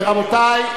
רבותי,